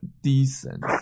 decent